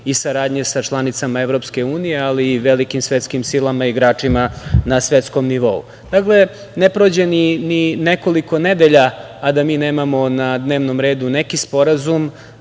i saradnje sa članicama EU, ali i velikim svetskim silama i igračima na svetskom nivou. Dakle, ne prođe ni nekoliko nedelja a da mi nemamo na dnevnom redu neki sporazum